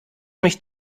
mich